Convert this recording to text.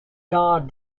god